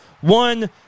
One